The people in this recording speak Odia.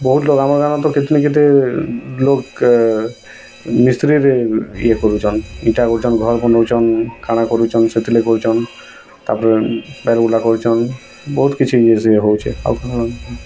ବହୁତ ଲୋକ୍ ଆମର ଆମର୍ କେତ୍ନି କେତେ ଲୋକ୍ ମିସ୍ତ୍ରୀରେ ୟେ କରୁଛନ୍ ଇଟା କରୁଚନ୍ ଘର ବନଉଚନ୍ କାଣା କରୁଚନ୍ ସେଥିରେ କରୁଚନ୍ ତା'ପରେ ବାଏଲ୍ ବୁଲା କରୁଚନ୍ ବହୁତ୍ କିଛି ଇଜି ହଉଛେ ଆଉ କାଣା